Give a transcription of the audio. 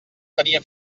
tenia